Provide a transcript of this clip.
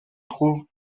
trouve